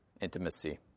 intimacy